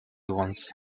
ones